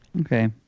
Okay